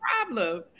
problem